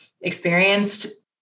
experienced